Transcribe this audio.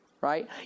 right